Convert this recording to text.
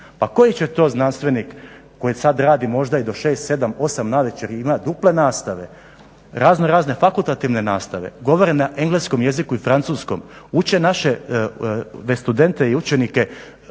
Pa koji će to znanstvenik koji sada radi, možda i do 6, 7, 8 navečer i ima duple nastave, raznorazne fakultativne nastave, govore na engleskom jeziku i na francuskom, uče naše studente i učenike